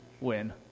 win